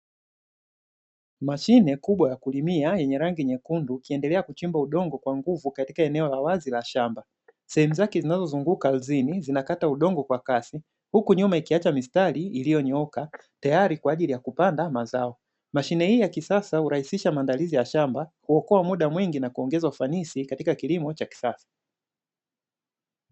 Mashine kubwa ya kulimia yenye rangi nyekundu ikiendelea kuchimba udongo kwa nguvu katika eneo la wazi la shamba sehemu zake zinazozunguka ardhini zinakata udongo kwa kasi, huku nyuma ikiacha mistari iliyonyooka tayari kwajili ya kupanda mazao. Mashine hii ya kisasa hurahisisha maandalizi ya shamba, huokoa muda mwindi na kuongeza ufanisi katika kilimo cha kisasa.